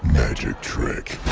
magic trick.